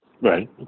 Right